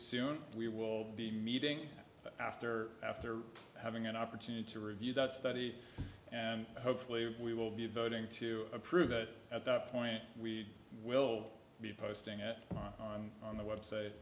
soon we will be meeting after after having an opportunity to review that study and hopefully we will be voting to approve it at that point we will be posting it on on the website